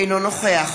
אינו נוכח